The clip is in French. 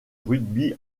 rugby